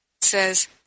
says